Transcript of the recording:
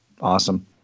awesome